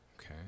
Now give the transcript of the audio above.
Okay